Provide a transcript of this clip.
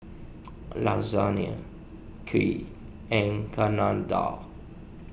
Lasagna Kheer and Chana Dal